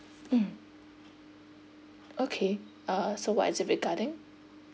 mm okay uh so what is it regarding